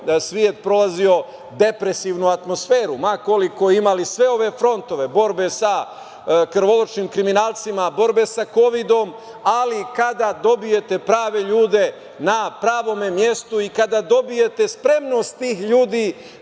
da je svet prolazio depresivnu atmosferu, ma koliko imali sve ove frontove, borbe sa krvoločnim kriminalcima, borbe sa kovidom, ali kada dobijete prve ljude na pravom mestu i kada dobijete spremnost tih ljudi